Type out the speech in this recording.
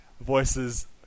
voices